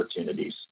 opportunities